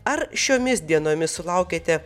ar šiomis dienomis sulaukiate